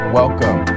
welcome